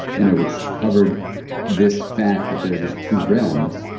you know which covered this fact that there are these two realms,